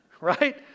Right